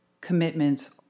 commitments